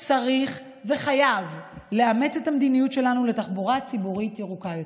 צריך וחייב לאמץ את המדיניות שלנו לתחבורה ציבורית ירוקה יותר.